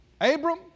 Abram